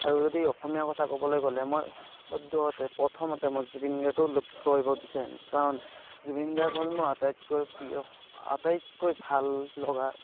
আৰু যদি অসমীয়াৰ কথা ক'বলৈ গ'লে মই সদ্যহতে প্ৰথমতে মই জুবিন গাৰ্গক লগ কৰিব বিচাৰিম কাৰণ জুবিন গাৰ্গ হ'ল মোৰ আটাইতকৈ প্ৰিয় আটাইতকৈ ভাললগা